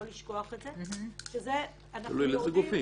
לא לשכוח את זה -- תלוי לאיזה גופים.